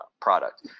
product